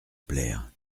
plaire